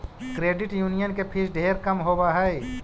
credit union के fees ढेर कम होब हई